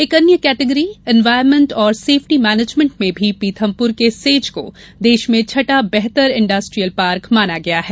एक अन्य category environment व सेफ्टी मेजरमेंट में भी पीथमपुर के सेज को देश में छठा बेहतर इंडस्ट्रियल पार्क माना गया है